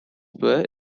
were